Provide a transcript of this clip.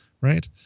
right